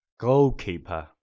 Goalkeeper